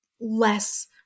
less